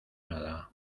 nada